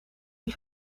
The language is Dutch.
die